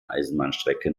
eisenbahnstrecke